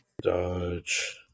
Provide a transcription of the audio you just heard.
Dodge